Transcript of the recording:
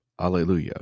Alleluia